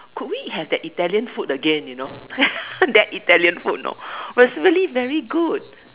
could we have that Italian food again you know that Italian food you know it was really very good